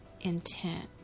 intent